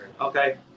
Okay